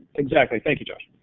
exactly, thank you, josh.